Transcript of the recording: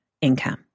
income